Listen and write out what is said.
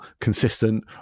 consistent